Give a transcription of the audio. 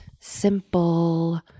simple